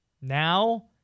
Now